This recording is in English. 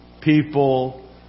people